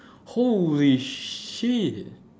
holy shit